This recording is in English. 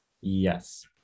Yes